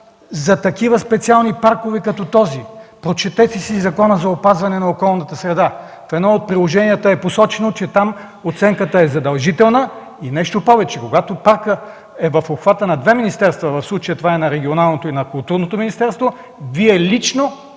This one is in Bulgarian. за такива специални паркове като този. Прочетете си Закона за опазване на околната среда. В едно от положенията е посочено, че там оценката е задължителна и нещо повече, когато паркът е в обхвата на две министерства – в случая това е на Регионалното и на Културното министерство, Вие лично